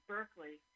Berkeley